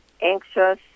anxious